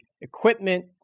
equipment